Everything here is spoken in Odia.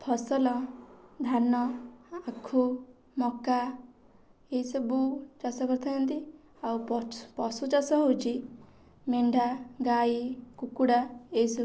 ଫସଲ ଧାନ ଆଖୁ ମକା ଏଇ ସବୁ ଚାଷ କରିଥାଆନ୍ତି ଆଉ ପଛ୍ ପଶୁ ଚାଷ ହେଉଛି ମେଣ୍ଡା ଗାଈ କୁକୁଡ଼ା ଏ ସବୁ